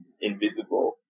invisible